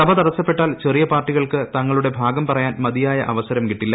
സഭ തടസ്സപെട്ടാൽ ചെറിയ പാർട്ടികൾക്ക് തങ്ങളുടെ ഭാഗം പറയാൻ മതിയായ അവസരം കിട്ടില്ല